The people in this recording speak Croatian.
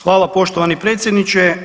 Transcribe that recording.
Hvala poštovani predsjedniče.